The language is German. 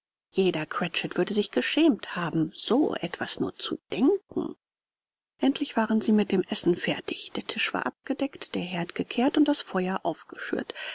jeder cratchit würde sich geschämt haben so etwas nur zu denken endlich waren sie mit dem essen fertig der tisch war abgedeckt der herd gekehrt und das feuer aufgeschürt